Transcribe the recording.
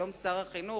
היום שר החינוך,